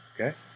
okay